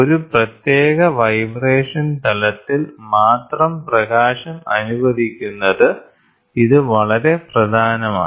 ഒരു പ്രത്യേക വൈബ്രേഷൻ തലത്തിൽ മാത്രം പ്രകാശം അനുവദിക്കുന്നത് ഇത് വളരെ പ്രധാനമാണ്